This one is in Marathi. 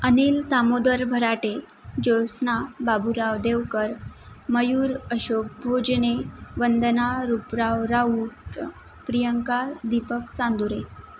अनिल तामोदर भराटे ज्योस्ना बाबुराव देवकर मयूर अशोक भोजने वंदना रूपराव राऊत प्रियंका दीपक चांदुरे